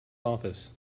office